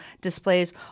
displays